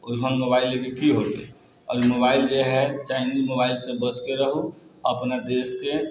ओहन मोबाइल लैके की होतै आओर ई मोबाइल जे है चाइनीज मोबाइलसँ बचिके रहु अपना देशके